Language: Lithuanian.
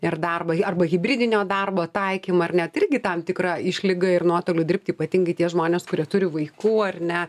ir darbo arba hibridinio darbo taikymą ar net irgi tam tikra išlyga ir nuotoliu dirbti ypatingai tie žmonės kurie turi vaikų ar ne